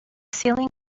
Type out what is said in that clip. ceiling